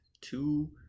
two